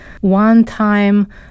one-time